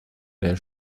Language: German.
der